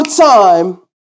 time